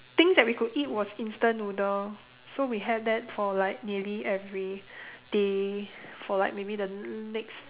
things that we could eat was instant noodle so we had that for like nearly everyday for like maybe the next